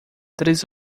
três